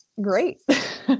great